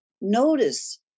notice